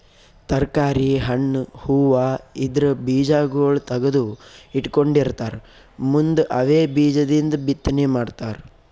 ತರ್ಕಾರಿ, ಹಣ್ಣ್, ಹೂವಾ ಇದ್ರ್ ಬೀಜಾಗೋಳ್ ತಗದು ಇಟ್ಕೊಂಡಿರತಾರ್ ಮುಂದ್ ಅವೇ ಬೀಜದಿಂದ್ ಬಿತ್ತನೆ ಮಾಡ್ತರ್